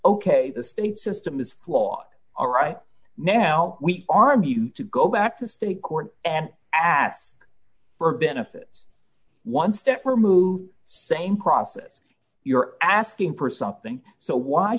ok the state system is flawed are right now we argue to go back to state court and ask for benefits one step removed same process you're asking for something so why